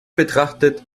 betrachtet